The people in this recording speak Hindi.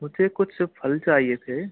मुझे कुछ फल चाहिए थे